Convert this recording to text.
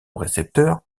récepteurs